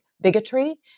bigotry